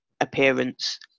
appearance